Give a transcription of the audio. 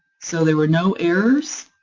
so there were no errors,